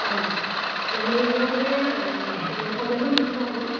হয় মানে এনে আপোনাৰ ওৱান থাউজেণ্ডমান দি থলে হ'বনে